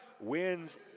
wins